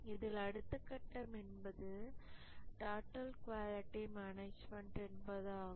இதில் அடுத்த கட்டம் என்பது டோட்டல் குவாலிட்டி மேனேஜ்மென்ட் என்பதாகும்